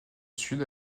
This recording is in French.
sud